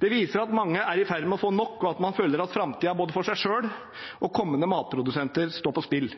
Det viser at mange er i ferd med å få nok, og at man føler at framtiden for både seg selv og kommende matprodusenter står på spill.